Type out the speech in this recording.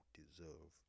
deserve